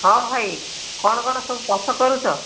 ହଁ ଭାଇ କଣ କଣ ସବୁ କରୁଛ